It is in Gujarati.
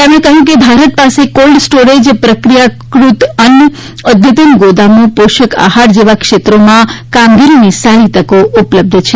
તેમણે કહ્યું કે ભારત પાસે કોલ્ડ સ્ટોરેજ પ્રક્રિયાકૃત અન્ન અદ્યતન ગોદામો પોષક આહાર જેવા ક્ષેત્રોમાં કામગીરીની સારી તકો ઉપલબ્ધ છે